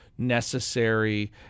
necessary